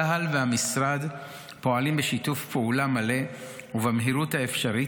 צה"ל והמשרד פועלים בשיתוף פעולה מלא ובמהירות האפשרית,